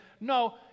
No